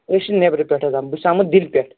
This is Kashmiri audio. ٲسۍ چھِ نیٚبرٕ پٮ۪تھٕ حظ آمٕتۍ بہٕ چھُس آمُت دِلہِ پٮ۪ٹھٕ